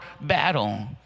battle